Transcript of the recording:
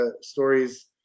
stories